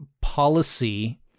policy